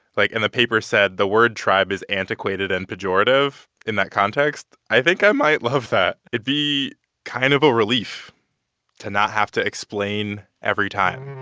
like, and the paper said, the word tribe is antiquated and pejorative in that context, i think i might love that. it'd be kind of a relief to not have to explain every time.